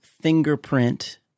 fingerprint